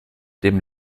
dem